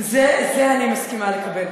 את זה אני מסכימה לקבל.